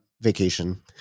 vacation